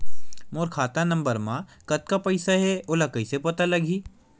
मोर खाता नंबर मा कतका पईसा हे ओला कइसे पता लगी?